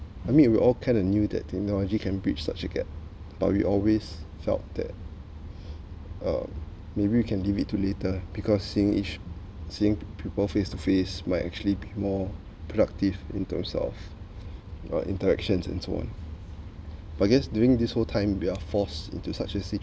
I mean we all kinda knew that technology can breach such a gap but we always felt that uh maybe you can leave it to later because seeing each seeing people face to face might actually be more productive in terms of your interactions and so on but I guess during this whole time we're forced into such a